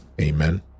amen